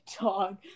dog